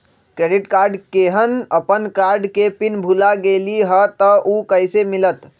Credit card केहन अपन card के पिन भुला गेलि ह त उ कईसे मिलत?